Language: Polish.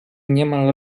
niemal